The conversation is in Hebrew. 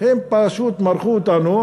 הם פשוט מרחו אותנו,